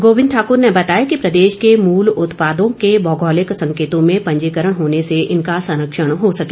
गोबिंद ठाक्र ने बताया कि प्रदेश के मूल उत्पादों के भौगोलिक संकेतों में पंजीकरण होने से इनका संरक्षण हो सकेगा